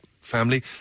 family